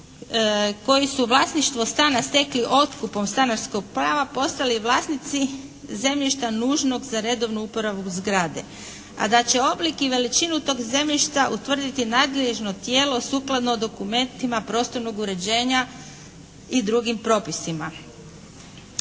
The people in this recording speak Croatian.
koji su vlasništvo stana stekli otkupom stanarskog prava postali vlasnici zemljišta nužnog za redovnu uporabu zgrade, a da će oblik i veličinu tog zemljišta utvrditi nadležno tijelo sukladno dokumentima prostornog uređenja i drugim propisima.